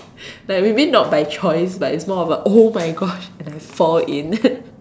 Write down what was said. like maybe not by choice but it's more about !oh-my-gosh! and I fall in